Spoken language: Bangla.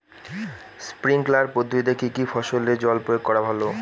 স্প্রিঙ্কলার পদ্ধতিতে কি কী ফসলে জল প্রয়োগ করা ভালো?